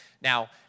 Now